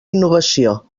innovació